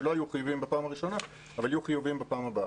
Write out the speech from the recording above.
שלא היו חיוביים בפעם הראשונה אבל יהיו חיוביים בפעם הבאה.